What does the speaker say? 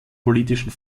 politischen